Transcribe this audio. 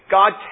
God